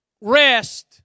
rest